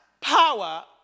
power